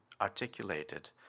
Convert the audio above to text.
articulated